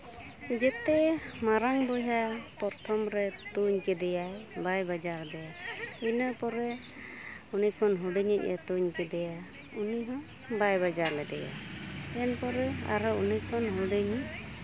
ᱡᱮᱛᱮ ᱢᱟᱨᱟᱝ ᱵᱚᱭᱦᱟ ᱯᱨᱚᱛᱷᱚᱢ ᱨᱮ ᱛᱩᱧ ᱠᱮᱫᱮᱭᱟᱭ ᱵᱟᱭ ᱵᱟᱡᱟᱣᱮᱫᱮᱭᱟᱭ ᱤᱱᱟᱹ ᱯᱚᱨᱮ ᱩᱱᱤᱠᱷᱚᱱ ᱦᱩᱰᱤᱧᱤᱧ ᱮᱭ ᱛᱩᱧ ᱠᱮᱫᱮᱭᱟᱭᱩᱱᱤ ᱦᱚᱸ ᱵᱟᱭ ᱵᱟᱡᱟᱣ ᱞᱮᱫᱮᱭᱟ ᱤᱱᱟᱹ ᱯᱚᱨᱮ ᱟᱨᱚ ᱩᱱᱤ ᱠᱷᱚᱱ ᱦᱩᱰᱤᱧᱤᱡ